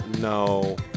No